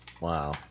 Wow